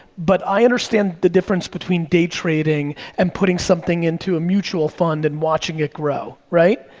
but i understand the difference between day trading and putting something into a mutual fund and watching it grow, right?